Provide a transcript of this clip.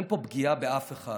אין פה פגיעה באף אחד.